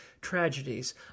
tragedies